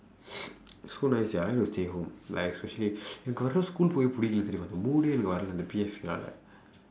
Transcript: so nice sia I want to stay at home like especially if got no school போகவே பிடிக்கல தெரியுமா இந்த:pookavee pidikkala theriyumaa indtha